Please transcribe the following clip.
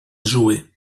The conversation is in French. jouer